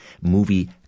movie